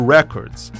Records